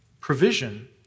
provision